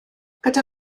gyda